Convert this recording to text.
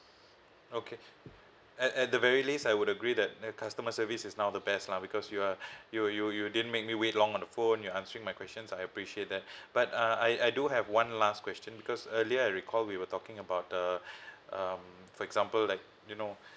okay at at the very least I would agree that your customer service is now the best lah because you are you you you didn't make me wait long on the phone you're answering my questions I appreciate that but uh I I do have one last question because earlier I recall we were talking about uh um for example like you know